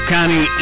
County